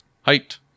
Height